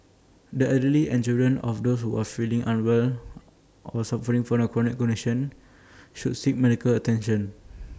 the elderly and children of those who are feeling unwell or suffering from chronic conditions should seek medical attention